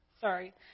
Sorry